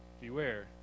beware